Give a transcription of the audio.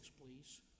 please